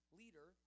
leader